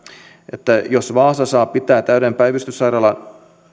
että jos vaasa saa pitää täyden päivystyssairaalan